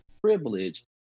privilege